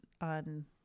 on